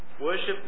Worship